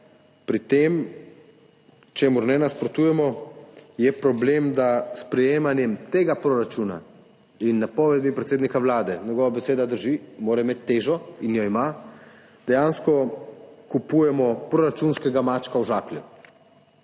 pri tem, čemur ne nasprotujemo, je problem, da s sprejemanjem tega proračuna in napovedi predsednika Vlade – njegova beseda drži, mora imeti težo in jo ima – dejansko kupujemo proračunskega mačka v žaklju.